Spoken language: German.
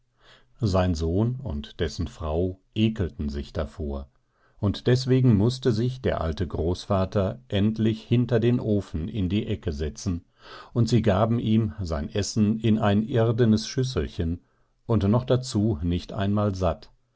sein sohn und dessen frau ekelten sich davor und deswegen mußte sich der alte großvater endlich hinter den ofen in die ecke setzen und sie gaben ihm sein essen in ein irdenes schüsselchen und noch dazu nicht einmal satt